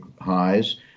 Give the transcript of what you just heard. highs